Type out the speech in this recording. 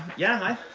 yeah,